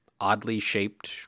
oddly-shaped